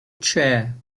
chair